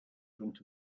front